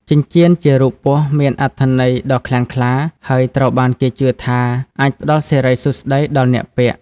ចិញ្ចៀនជារូបពស់មានអត្ថន័យដ៏ខ្លាំងក្លា ហើយត្រូវបានគេជឿថាអាចផ្តល់សិរីសួស្តីដល់អ្នកពាក់។